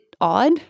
odd